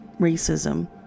racism